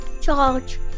George